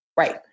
Right